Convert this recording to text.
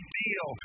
deal